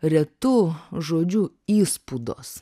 retu žodžiu įspūdos